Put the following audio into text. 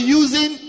using